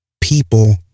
people